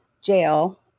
jail